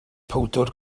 powdr